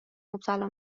مبتلا